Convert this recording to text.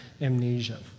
amnesia